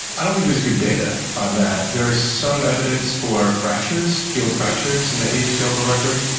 i don't think there's good data on that. there is some evidence for fractures, healed fractures in the ape skeletal record,